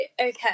okay